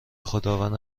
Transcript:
خداوند